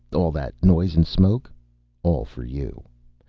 all that noise and smoke all for you.